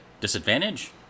Disadvantage